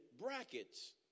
brackets